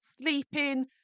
sleeping